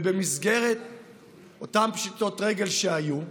ובמסגרת אותן פשיטות רגל שהיו,